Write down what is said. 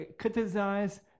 criticize